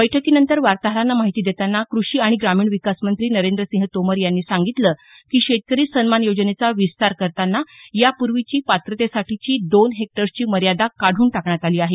बैठकीनंतर वार्ताहरांना माहिती देतांना कृषी आणि ग्रामीण विकास मंत्री नरेंद्रसिंह तोमर यांनी सांगितलं की शेतकरी सन्मान योजनेचा विस्तार करताना यापूर्वीची पात्रतेसाठीची दोन हेक्टर्सची मर्यादा काढून टाकण्यात आली आहे